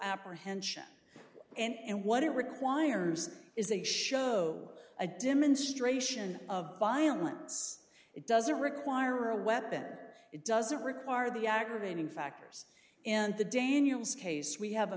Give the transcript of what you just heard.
apprehension and what it requires is a show a demonstration of violence it doesn't require a weapon it doesn't require the aggravating factors and the daniels case we have a